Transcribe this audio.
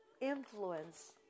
influence